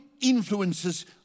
influences